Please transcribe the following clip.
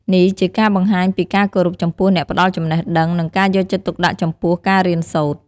នេះជាការបង្ហាញពីការគោរពចំពោះអ្នកផ្តល់ចំណេះដឹង និងការយកចិត្តទុកដាក់ចំពោះការរៀនសូត្រ។